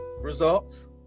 results